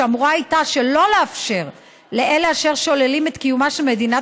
שאמורה הייתה שלא לאפשר לאלה אשר שוללים את קיומה של מדינת